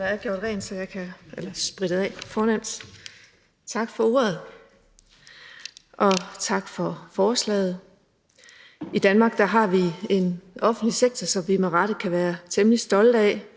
Tak for ordet, og tak for forslaget. I Danmark har vi en offentlig sektor, som vi med rette kan være temmelig stolte af.